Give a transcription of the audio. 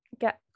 get